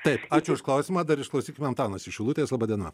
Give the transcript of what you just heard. taip ačiū už klausimą dar išklausykim antanas iš šilutės laba diena